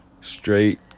Straight